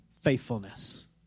faithfulness